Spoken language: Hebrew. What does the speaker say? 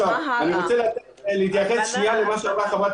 אני רוצה להתייחס למה שאמרה חברת